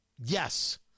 Yes